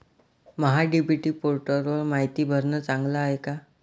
महा DBT पोर्टलवर मायती भरनं चांगलं हाये का?